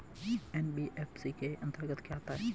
NBFC के अंतर्गत क्या आता है?